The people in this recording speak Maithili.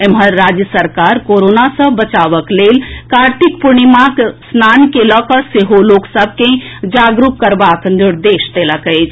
एम्हर राज्य सरकार कोरोना सँ बचावक लेल कार्तिक पूर्णिमाक स्नान के लऽ कऽ सेहो लोक सभ के जागरूक करबाक निर्देश देलक अछि